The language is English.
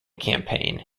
campaign